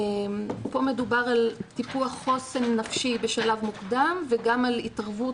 פה מדובר על טיפוח חוסן נפשי בשלב מוקדם וגם על התערבות